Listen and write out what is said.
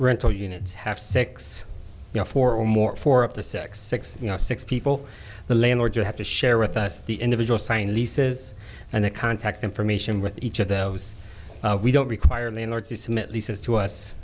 rental units have six now for more for up to six six six people the landlord you have to share with us the individual signed leases and the contact information with each of those we don't require in the in order to submit leases to us